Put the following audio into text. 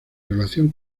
relación